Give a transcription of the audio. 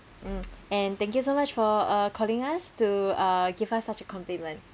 mm and thank you so much for uh calling us to uh give us such a compliment